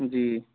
जी